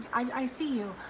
i see you,